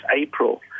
April